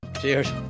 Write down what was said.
Cheers